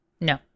No